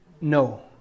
no